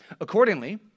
Accordingly